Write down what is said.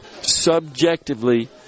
subjectively